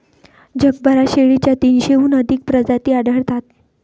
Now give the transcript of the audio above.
जगभरात शेळीच्या तीनशेहून अधिक प्रजाती आढळतात